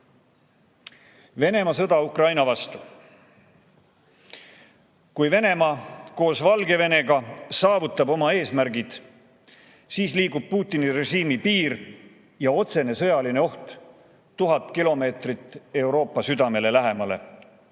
sõda Ukraina vastu. Kui Venemaa koos Valgevenega saavutab oma eesmärgid, siis liigub Putini režiimi piir ja otsene sõjaline oht 1000 kilomeetrit Euroopa südamele lähemale